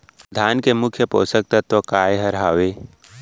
धान के मुख्य पोसक तत्व काय हर हावे?